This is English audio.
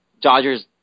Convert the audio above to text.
Dodgers